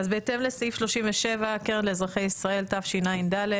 אז בהתאם לסעיף 37 הקרן לאזרחי ישראל התשע"ד,